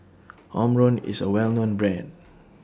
Omron IS A Well known Brand